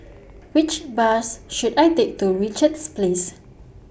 Which Bus should I Take to Richards Place